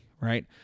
right